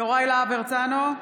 יוראי להב הרצנו,